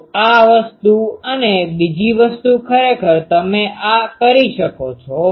તો આ વસ્તુ અને બીજી વસ્તુ ખરેખર તમે આ કરી શકો છો